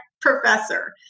professor